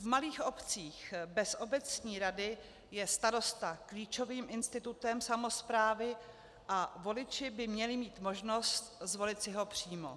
V malých obcích bez obecní rady je starosta klíčovým institutem samosprávy a voliči by měli mít možnost zvolit si ho přímo.